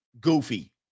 goofy